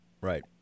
Right